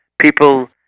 People